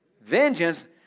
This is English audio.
Vengeance